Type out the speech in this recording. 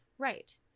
Right